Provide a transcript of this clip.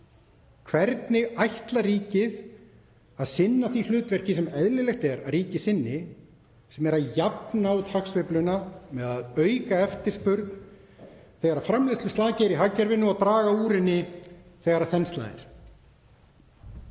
Hvernig ætlar ríkið að sinna því hlutverki sem eðlilegt er að ríkið sinni, sem er að jafna út hagsveifluna með því að auka eftirspurn þegar framleiðsluslaki er í hagkerfinu og draga úr henni þegar þensla er?